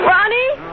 Ronnie